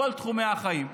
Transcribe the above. בכל תחומי החיים,